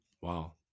Wow